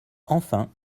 enfin